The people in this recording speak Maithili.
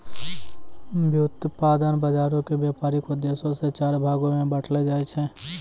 व्युत्पादन बजारो के व्यपारिक उद्देश्यो से चार भागो मे बांटलो जाय छै